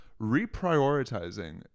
reprioritizing